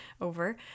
over